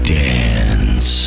dance